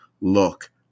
look